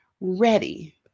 ready